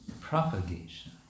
propagation